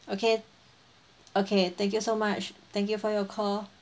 okay okay thank you so much thank you for your call